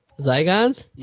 Zygons